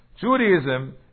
Judaism